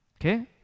Okay